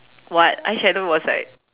what eyeshadow was like